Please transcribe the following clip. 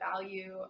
value